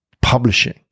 publishing